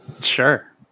Sure